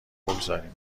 بگذاریم